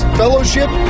fellowship